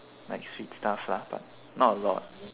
like sweet stuff lah but not a lot